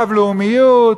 רב-לאומיות,